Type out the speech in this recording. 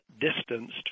distanced